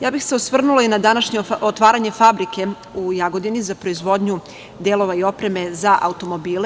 Ja bih se osvrnula i na današnje otvaranje fabrike u Jagodini za proizvodnju delova i opreme za automobile.